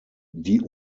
die